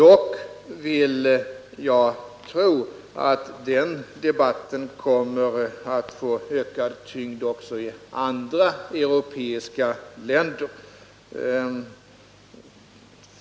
Jag vill dock tro att den debatten kommer att få en ökad tyngd också i andra europeiska länder.